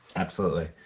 absolutely,